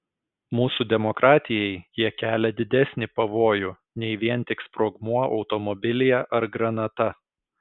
mūsų demokratijai jie kelia didesnį pavojų nei vien tik sprogmuo automobilyje ar granata